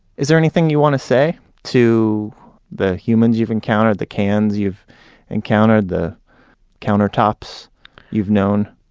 is there anything you want to say to the humans you've encountered, the cans you've encountered, the countertops you've known?